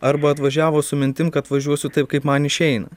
arba atvažiavo su mintim kad važiuosiu taip kaip man išeina